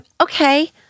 okay